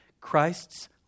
Christ's